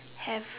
have